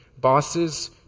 Bosses